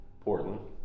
Portland